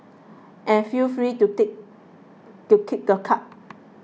and feel free to to keep the cards